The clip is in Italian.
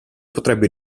potrebbe